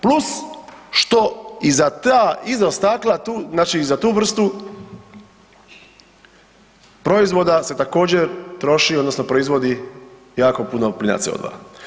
Plus što i za ta izostakla, znači i za tu vrstu proizvoda se također troši odnosno proizvodi jako puno plina CO2.